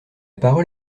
parole